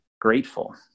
grateful